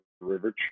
River